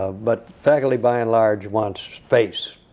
ah but faculty, by and large, wants space.